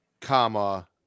comma